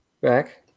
back